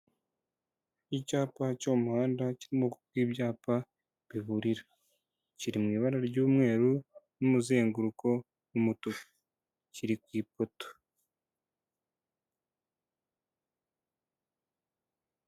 Icyapa cyo mu muhanda kiri mu bwoko bw'ibyapa biburira, kiri mu ibara ry'umweru n'umuzenguruko w'umutuku, kiri ku ipoto.